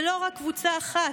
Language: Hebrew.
ולא רק קבוצה אחת,